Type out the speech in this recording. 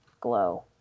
glow